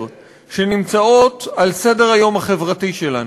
שנמצאות על סדר-היום החברתי שלנו.